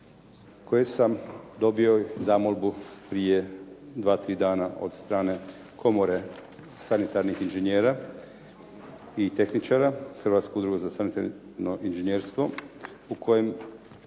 koje sam dobio zamolbu prije dva, tri dana od strane komore sanitarnih inžinjera i tehničara Hrvatske udruge za sanitarno inžinjerstvo